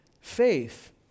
faith